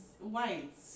white